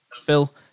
Phil